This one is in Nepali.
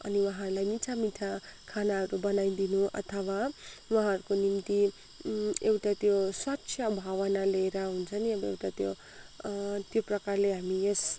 अनि उहाँहरूलाई मिठा मिठा खानाहरू बनाइदिनु अथवा उहाँहरूको निम्ति एउटा त्यो स्वच्छ भावना लिएर हुन्छ नि अब एउटा त्यो त्यो प्रकारले हामी यस